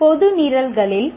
பொது நிரல்களில்